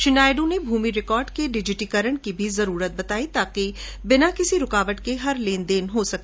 श्री नायडू ने भूमि रिकॉर्ड के डिजिटीकरण की भी जरूरत बताई ताकि बिना किसी रूकावट के हर लेनदेन हो सके